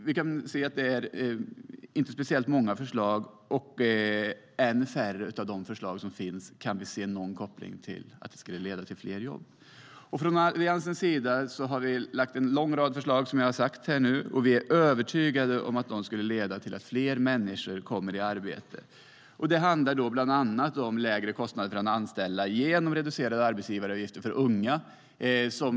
Vi kan se att det inte är speciellt många förslag, och i än färre av de förslag som ändå finns kan vi se någon koppling till att de skulle leda till fler jobb.Från Alliansens sida har vi som sagt lagt fram en lång rad förslag, och vi är övertygade om att de skulle leda till att fler människor kom i arbete. Det handlar bland annat om lägre kostnader för att anställa genom reducerade arbetsgivaravgifter för unga.